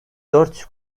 dört